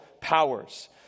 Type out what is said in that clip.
powers